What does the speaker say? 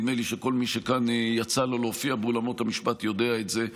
נדמה לי שכל מי שיצא לו כאן להופיע באולמות המשפט יודע את זה.